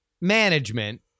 management